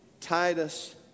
Titus